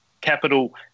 Capital